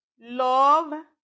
love